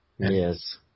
Yes